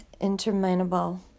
interminable